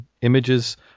Images